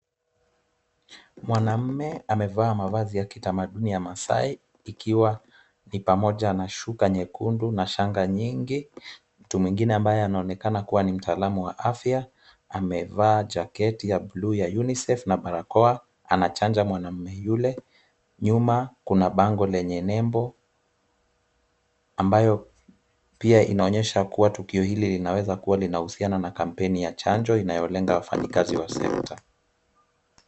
Mwanamume amevaa mavazi ya kitamaduni ya masai ikiwa ni pamoja na shuka nyekundu na shanga nyingi. Mtu mwingine ambaye anaonekana kuwa ni mtaalamu wa afya amevaa jaketi ya buluu ya UNICEF na barakoa. Anachanja mwanamume yule. Nyuma kuna bango lenye nembo ambayo pia inaonyesha kuwa tukio hili linaweza kuwa linahusiana na kampeni ya chanjo inayolenga wafanyikazi wa sekta.